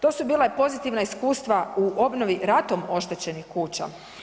To su bila pozitivna iskustva u obnovi ratom oštećenih kuća.